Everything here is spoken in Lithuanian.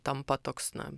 tampa toks na